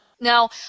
Now